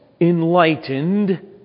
enlightened